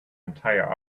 entire